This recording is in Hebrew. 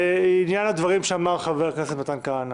לעניין הדברים שאמר חבר הכנסת מתן כהנא: